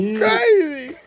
crazy